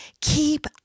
keep